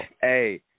Hey